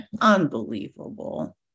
Unbelievable